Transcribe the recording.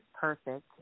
perfect